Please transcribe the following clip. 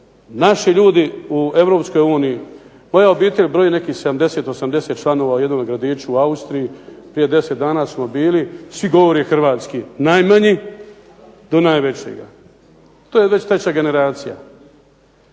uniji, moja obitelj broji nekih 70, 80 članova u jednome gradiću u Austriji. Prije deset dana smo bili, svi govore hrvatski, najmanji do najvećega. To je već treća generacija.